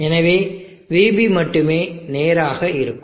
எனவே vB மட்டுமே நேராக இருக்கும்